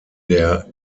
der